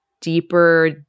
deeper